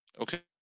Okay